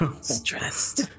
stressed